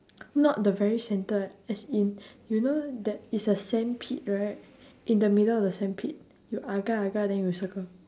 not the very center as in you know that is a sandpit right in the middle of the sandpit you agar agar then you circle